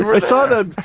i saw that. ah